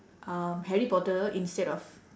um harry potter instead of